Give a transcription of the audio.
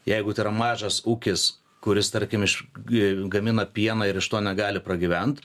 jeigu tai yra mažas ūkis kuris tarkim iš gi gamina pieną ir iš to negali pragyvent